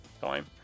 time